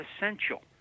essential